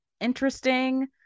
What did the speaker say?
interesting